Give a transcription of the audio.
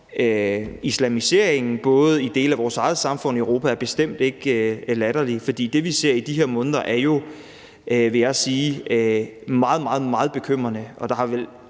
islamiseringen i dele af både vores eget samfund og Europa er bestemt ikke latterlig, for det, vi ser i de her måneder, er jo, vil jeg sige, meget, meget bekymrende. Og der har vel